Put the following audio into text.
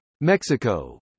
Mexico